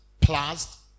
plus